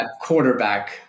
quarterback